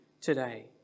today